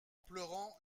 pleurant